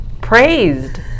praised